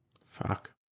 Fuck